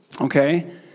Okay